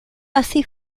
así